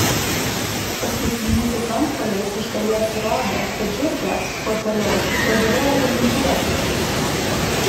paskutinysis antpuolis iš dalies įrodė kad žiurkės kuo toliau tuo geriau organizuotos